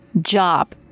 job